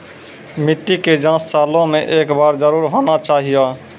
मिट्टी के जाँच सालों मे एक बार जरूर होना चाहियो?